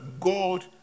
God